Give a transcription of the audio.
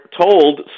told